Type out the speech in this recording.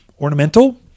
ornamental